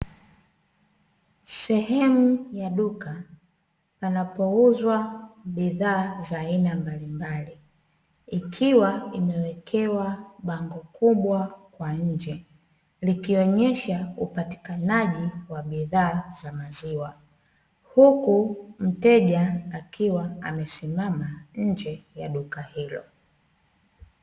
Sehemu ya duka panapouzwa bidhaa za aina mbalimbali; ikiwa imewekewa bango kubwa kwa nje, likionyesha upatikanaji wa bidhaa za maziwa, huku mteja akiwa amesimama nje ya duka hilo.